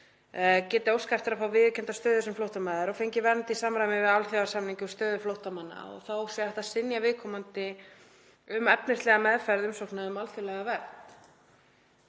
geti óskað eftir að fá viðurkennda stöðu sem flóttamaður og fengið vernd í samræmi við alþjóðasamning um stöðu flóttamanna.“ — Og þá sé hægt að synja viðkomandi um efnislega meðferð umsókna um alþjóðlega vernd.